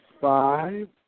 five